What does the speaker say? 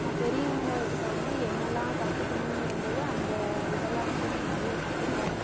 நான் பெரியவங்கள் கிட்டே வந்து என்னெல்லாம் கற்றுக்கணுங்கறம்போது அந்த இதெல்லாம் வந்து நான் நிறைய கற்றுக்கறேன்